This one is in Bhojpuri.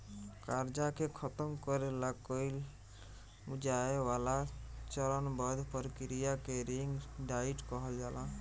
कर्जा के खतम करे ला कइल जाए वाला चरणबद्ध प्रक्रिया के रिंग डाइट कहल जाला